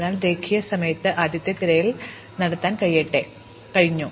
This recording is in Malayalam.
അതിനാൽ രേഖീയ സമയത്ത് ആദ്യത്തെ തിരയൽ നടത്താൻ കഴിഞ്ഞു